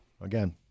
again